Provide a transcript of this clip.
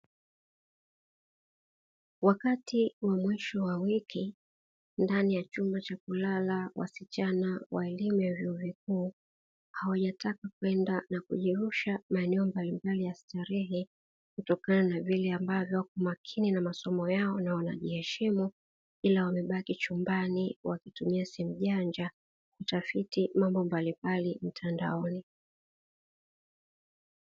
Wakati wa mwisho wa wiki ndani ya chumba cha kulala wasichana wa elimu ya vyuo vikuu, hawajataka kwenda na kujirusha maeneo mbalimbali ya starehe kutokana na vile ambavyo wapo umakini na masomo yao na wanajiheshimu ila wamebaki chumbani wakitumia simu janja na kufanya utafiti mbalimbali mtandao.